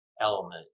element